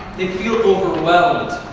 they feel overwhelmed.